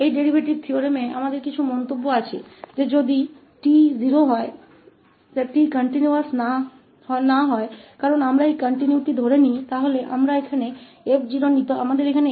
यह डेरीवेटिव प्रमेय अब हमारे पास कुछ टिप्पणियां हैं कि यदि 𝑓𝑡 उदाहरण के लिए 𝑡 0 पर निरंतर नहीं है क्योंकि हम इस कंटीन्यूअस को मानते हैं तो हमने यहां 𝑓 लिया है